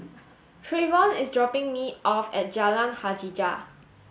Trayvon is dropping me off at Jalan Hajijah